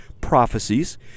prophecies